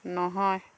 নহয়